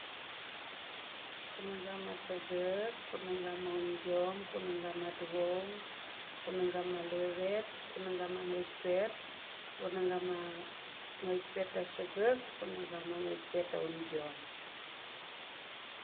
Kunegga ma segek kunegga maungiom kunegga ma duvaung kunegga ma levavet kunegga ma ngthik pet kunegga ma ngthik pet da segek kunegga ma ngathik pet da aungiom.